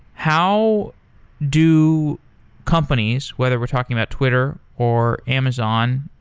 how do companies, whether we're talking about twitter, or amazon,